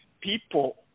people